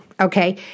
okay